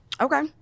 Okay